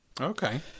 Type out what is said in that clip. Okay